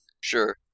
Sure